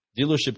dealership